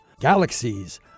Galaxies